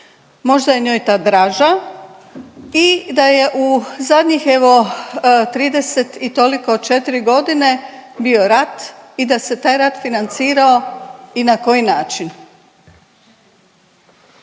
Možda je njoj ta draža. I da je u zadnjih evo 30 i toliko četri godine bio rat i da se taj rat financirao i na koji način.